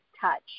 touch